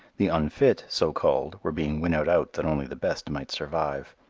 the unfit, so called, were being winnowed out that only the best might survive.